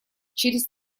через